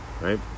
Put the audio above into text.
Right